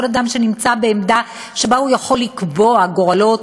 כל אדם שנמצא בעמדה שבה הוא יכול לקבוע גורלות,